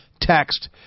text